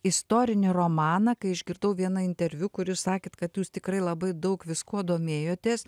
istorinį romaną kai išgirdau vieną interviu kur jūs sakėt kad jūs tikrai labai daug viskuo domėjotės